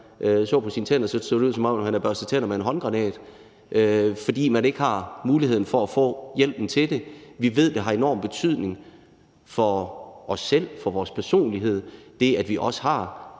så på sine tænder, var det, som om han havde børstet tænder med en håndgranat. Det er, fordi man ikke har muligheden for at få hjælpen til det. Vi ved, det har enorm betydning for os selv, for vores personlighed, at vi også har